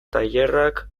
tailerrak